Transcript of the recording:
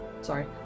sorry